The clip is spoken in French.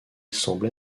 semble